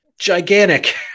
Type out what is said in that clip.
Gigantic